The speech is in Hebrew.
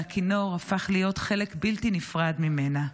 והכינור הפך להיות חלק בלתי נפרד ממנה.